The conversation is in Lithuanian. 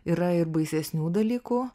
yra ir baisesnių dalykų